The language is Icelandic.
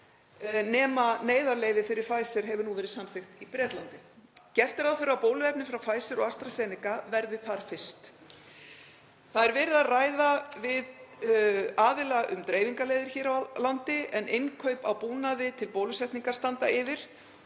nema neyðarleyfi fyrir Pfizer hefur nú verið samþykkt í Bretlandi. Gert er ráð fyrir að bóluefni frá Pfizer og AstraZeneca verði þar fyrst. Það er verið að ræða við aðila um dreifingarleiðir hér á landi en innkaup á búnaði til bólusetningar standa yfir.